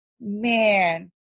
man